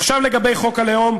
עכשיו לגבי חוק הלאום,